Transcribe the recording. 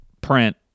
print